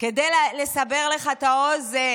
כדי לסבר לך את האוזן,